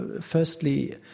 Firstly